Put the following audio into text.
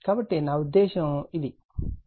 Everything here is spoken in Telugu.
కాబట్టి నా ఉద్దేశ్యం ఇది ఇలాంటిదే